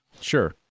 Sure